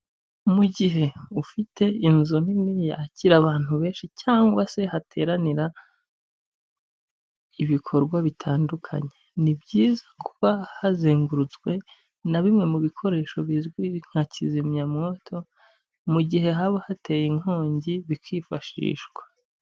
Mu gihe ufite inzu nini yakira abantu benshi cyangwa se hateranira ibikorwa bitandukanye, ni byiza kuba hazengurutswe na bimwe mu bikoresho bizwi nka kizimyamwoto, mu gihe haba hateye inkongi bikifashishwa.